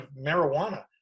marijuana